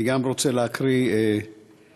גם אני רוצה להקריא מכתב,